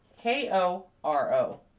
K-O-R-O